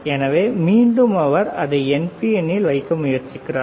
எனவே மீண்டும் அவர் அதை NPN இல் வைக்க முயற்சிக்கிறார்